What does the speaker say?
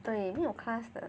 对没有 class 的